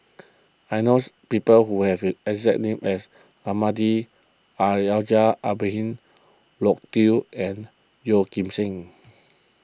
I knows people who have the exact name as Almahdi Al Haj Ibrahim Loke Yew and Yeoh Ghim Seng